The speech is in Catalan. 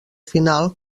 final